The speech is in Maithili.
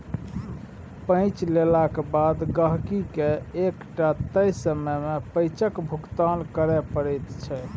पैंच लेलाक बाद गहिंकीकेँ एकटा तय समय मे पैंचक भुगतान करय पड़ैत छै